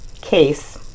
case